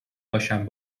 باشم